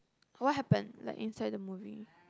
what happen like inside the movie